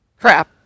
Crap